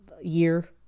year